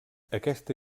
aquesta